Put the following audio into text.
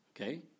Okay